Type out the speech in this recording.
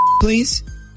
please